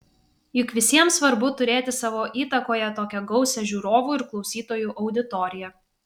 juk visiems svarbu turėti savo įtakoje tokią gausią žiūrovų ir klausytojų auditoriją